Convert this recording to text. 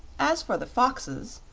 as for the foxes,